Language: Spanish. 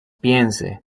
piense